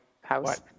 house